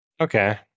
Okay